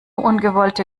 ungewollte